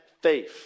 faith